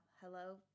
Hello